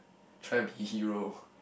try be hero